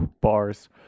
Bars